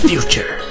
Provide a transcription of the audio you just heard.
Future